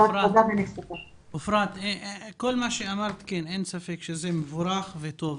כל מה שאמרת, אין ספק שזה מבורך וטוב.